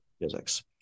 physics